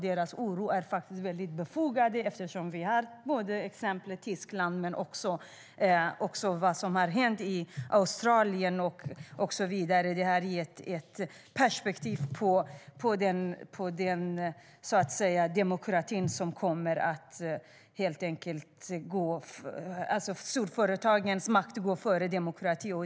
Oron är faktiskt befogad; vi har exemplet Tyskland, vad som har hänt i Australien och så vidare. Det här är ett perspektiv där storföretagens makt går före demokrati.